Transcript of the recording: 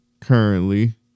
currently